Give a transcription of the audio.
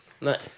Nice